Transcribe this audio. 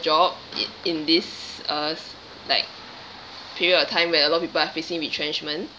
job i~ in this uh s~ like period of time where a lot of people are facing retrenchment